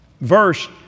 verse